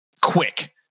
quick